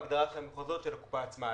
השתמשנו בהגדרת המחוזות של הקופה עצמה.